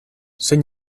zein